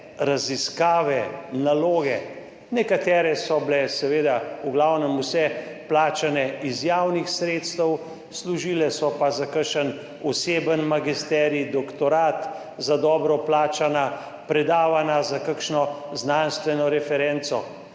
raziskave, naloge, nekatere so bile, seveda v glavnem vse plačane iz javnih sredstev, služile so pa za kakšen oseben magisterij, doktorat, za dobro plačana predavanja za kakšno znanstveno referenco.